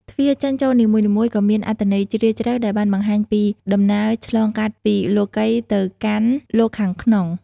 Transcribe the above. ទ្វារចេញចូលនីមួយៗក៏មានអត្ថន័យជ្រាលជ្រៅដែលបានបង្ហាញពីដំណើរឆ្លងកាត់ពីលោកីយ៍ទៅកាន់លោកខាងក្នុង។